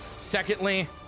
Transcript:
Secondly